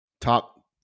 top